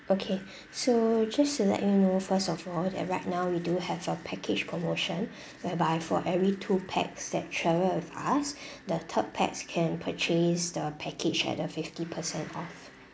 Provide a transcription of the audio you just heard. okay so just to let you know first of all that right now we do have a package promotion whereby for every two pax that travel with us the third pax can purchase the package at a fifty percent off